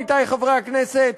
עמיתי חברי הכנסת,